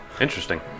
Interesting